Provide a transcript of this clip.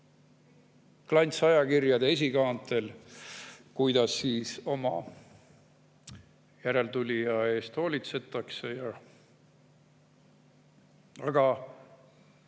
klantsajakirjade esikaantel, kuidas nad oma järeltulija eest hoolitsevad. Aga